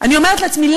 אני אומרת לעצמי,